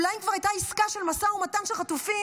אולי אם כבר הייתה עסקה של משא ומתן של חטופים,